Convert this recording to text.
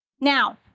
Now